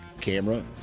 camera